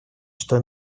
что